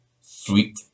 sweet